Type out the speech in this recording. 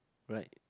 right